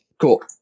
Cool